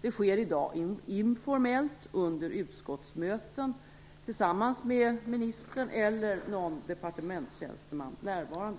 Det sker i dag informellt under utskottsmöten tillsammans med ministern eller med någon departementstjänsteman närvarande.